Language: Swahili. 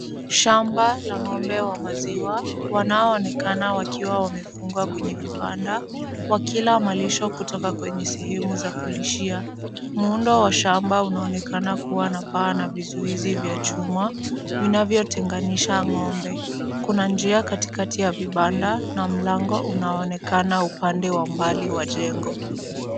Shamba la ng'ombe wa maziwa, wanaoonekana wakiwa wamefungwa kwenye vibanda, wakila malisho kutoka kwenye sehemu za kulishia. Muundo wa shamba unaonekana kuwa na paa na vizuizi vya chuma, vinavyotenganisha ng'ombe. Kuna njia katikati ya vibanda, na mlango unaonekana upande wa mbali wa jengo.